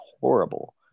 horrible